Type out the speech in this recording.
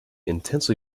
intensely